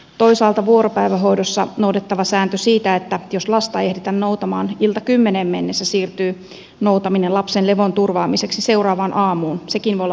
toisaalta vuoropäivähoidossa noudatettava sääntö siitä että jos lasta ei ehditä noutamaan iltakymmeneen mennessä siirtyy noutaminen lapsen levon turvaamiseksi seuraavaan aamuun voi sekin olla hankaluuden syynä